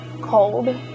cold